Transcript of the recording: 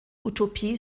utopie